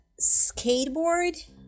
Skateboard